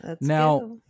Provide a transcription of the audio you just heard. now